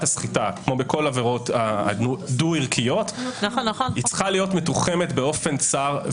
הסחיטה כמו בכל העבירות הדו-ערכיות היא צריכה להיות מתוחמת באופן צר,